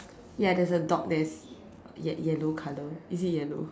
ya there's dog that's ye~ yellow colour is it yellow